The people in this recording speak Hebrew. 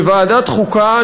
בוועדת חוקה,